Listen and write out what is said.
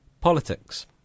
Politics